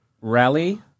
Rally